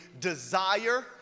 desire